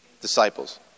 disciples